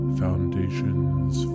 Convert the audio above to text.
foundations